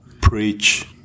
Preach